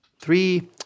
Three